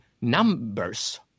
numbers